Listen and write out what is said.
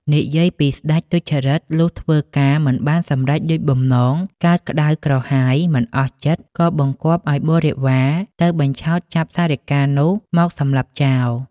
និយាយពីស្ដេចទុច្ចរិត លុះធ្វើការមិនបានសម្រេចដូចបំណង កើតក្ដៅក្រហាយ មិនអស់ចិត្ត ក៏បង្គាប់ឲ្យបរិវាទៅបញ្ឆោតចាប់សារិកានោះមកសម្លាប់ចោល ។